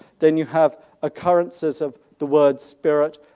then you have occurrences of the word spirit,